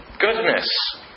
Goodness